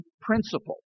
principle